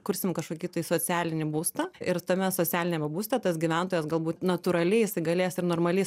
kursim kažkokį socialinį būstą ir tame socialiniame būste tas gyventojas galbūt natūraliai jisai galės ir normaliai